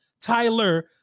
Tyler